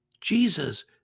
Jesus